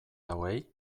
hauei